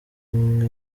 umwe